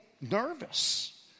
nervous